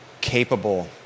capable